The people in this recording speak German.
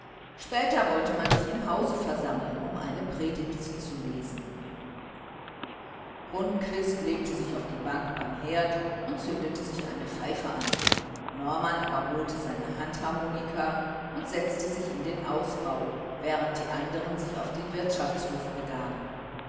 später wollte man sich im hause versammeln um eine predigt zu lesen rundquist legte sich auf die bank beim herd und zündete sich eine pfeife an norman aber holte seine handharmonika und setzte sich in den ausbau während die andern sich auf den wirtschaftshof begaben